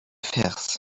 vers